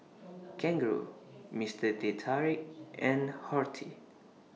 Kangaroo Mister Teh Tarik and Horti